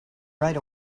right